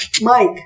Mike